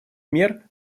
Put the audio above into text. мер